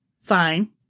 fine